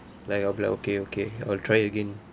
like I'll like okay okay I'll try it again